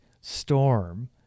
storm